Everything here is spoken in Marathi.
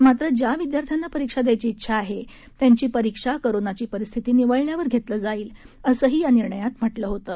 मात्र ज्या विद्यार्थ्यांना परीक्षा द्यायची उंछा आहे त्यांची परीक्षा कोरोनाची परिस्थिती निवळल्यावर घेतली जाईल असंही या निर्णयात म्हटलं होतं